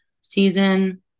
season